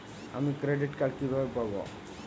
আমি credit card কিভাবে পাবো?